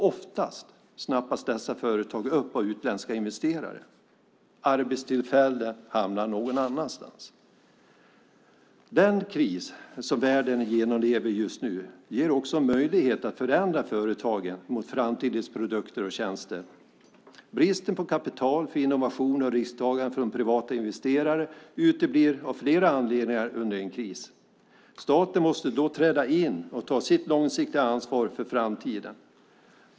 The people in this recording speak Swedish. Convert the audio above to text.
Oftast snappas dessa företag upp av utländska investerare. Arbetstillfällen hamnar någon annanstans. Den kris som världen genomlever just nu ger en möjlighet att förändra företagen mot framtidens produkter och tjänster. Kapital för innovationer och risktagande från privata investerare uteblir av flera anledningar under en kris. Staten måste träda in och ta sitt långsiktiga ansvar för framtiden.